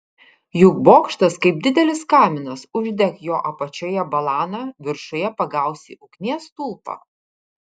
juk bokštas kaip didelis kaminas uždek jo apačioje balaną viršuje pagausi ugnies stulpą